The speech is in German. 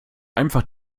einfach